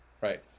right